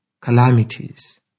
calamities